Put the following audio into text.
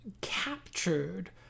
captured